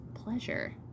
pleasure